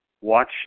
Watch